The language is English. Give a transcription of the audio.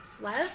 love